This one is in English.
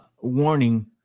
Warning